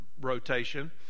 rotation